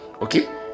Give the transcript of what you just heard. Okay